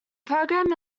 program